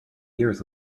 years